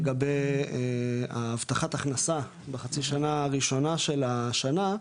לגבי ההבטחת הכנסה בחצי שנה הראשונה של השנה,